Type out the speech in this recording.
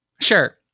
Sure